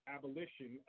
abolition